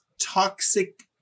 toxic